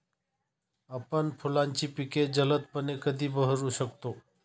आपण फुलांची पिके जलदपणे कधी बहरू शकतो?